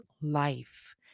life